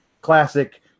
Classic